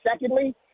Secondly